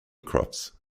crops